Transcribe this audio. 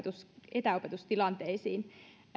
etäopetustilanteisiin